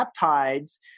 peptides